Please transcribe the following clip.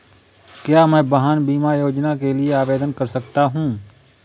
क्या मैं वाहन बीमा योजना के लिए आवेदन कर सकता हूँ?